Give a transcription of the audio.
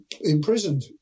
imprisoned